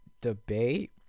debate